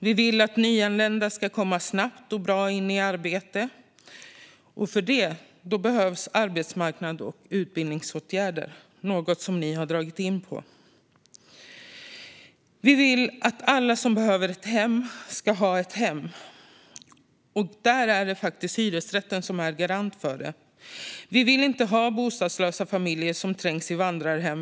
Vi vill att nyanlända ska komma snabbt och bra in i arbete, och för det behövs arbetsmarknads och utbildningsåtgärder - något som ni har dragit in på. Vi vill att alla som behöver ett hem ska ha ett hem, och hyresrätten är en garant för det. Vi vill inte ha bostadslösa familjer som trängs på vandrarhem.